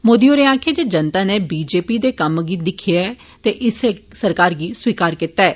मोदी होरें आक्खेआ जे जनता नै बीजेपी दे कम्में गी दिक्खियै गै इस सरकार गी स्वीकार कीता ऐ